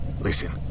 Listen